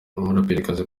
umuraperikazi